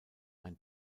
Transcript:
ein